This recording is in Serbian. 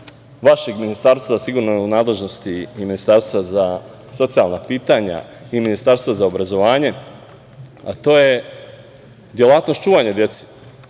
vašeg ministarstva, sigurno je u nadležnosti i Ministarstva za socijalna pitanja i Ministarstva za obrazovanje, a to je delatnost čuvanja dece,